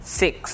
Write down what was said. six